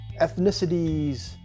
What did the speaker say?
ethnicities